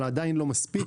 אבל עדיין לא מספיק.